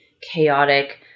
chaotic